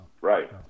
Right